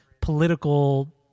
political